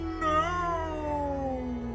No